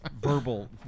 verbal